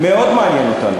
מאוד מעניין אותנו.